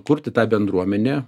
kurti tą bendruomenę